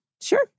Sure